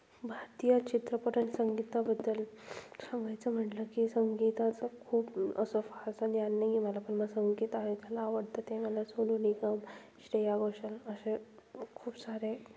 भारतीय चित्रपट आणि संगीताबद्दल सांगायचं म्हटलं की संगीताचं खूप असं फारसं ज्ञान नाही आहे मला पण मला संगीत ऐकायला आवडतं ते मला सोनू निगम श्रेया घोषाल असे खूप सारे